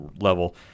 level